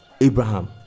Abraham